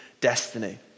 destiny